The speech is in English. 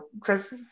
Chris